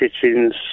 kitchens